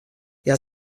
hja